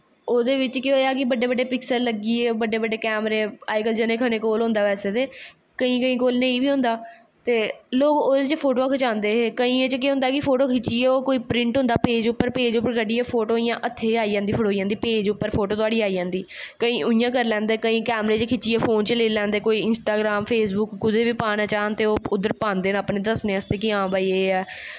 ओह्दे बिच्च केह् होया कि बच्चे बच्चे पिक्सल लग्गिये कैमरे अज्ज कल जनें खनें कोल होंदा बैसे ते केंई केंई कोल नेंई बी होंदा ते लोग ओह्दे च फोटोआं खचांदे हे केह् होंदा कि फोटो खिच्चियै प्रिंट होंदा पेज़ उप्पर पेज़ उप्पर कड्डियै इयां हत्थे चे आई जंदी पेज़ उप्पर केंईं इयां करी लैंदे केंई कैमरे च खिच्चियै लेी लैंदे कोई फेसबुक कोई इंस्टाग्राम कुदै बी पाना चाह्न ते ओह् उध्दर पांदे न दस्सनें आस्तै के हां भाई एह् ऐ